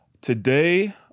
Today